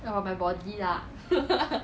got a lot of the cycle